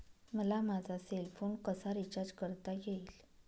मला माझा cell phone कसा रिचार्ज करता येईल?